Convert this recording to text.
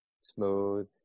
smooth